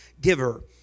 giver